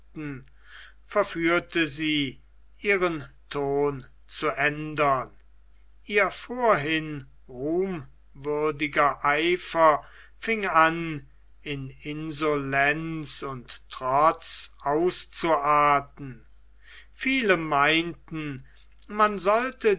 verführte sie ihren ton zu ändern ihr vorhin ruhmwürdiger eifer fing an in insolenz und trotz auszuarten viele meinten man sollte